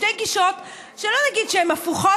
שתי גישות שלא נגיד שהן הפוכות,